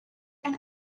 and